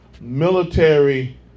military